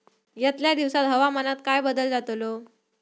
यतल्या दिवसात हवामानात काय बदल जातलो?